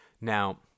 Now